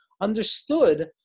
understood